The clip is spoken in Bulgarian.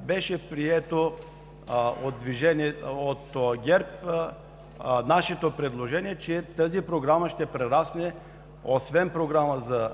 беше прието от ГЕРБ нашето предложение, че тази Програма ще прерасне, освен като Програма за